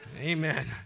Amen